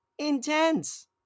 Intense